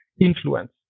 influence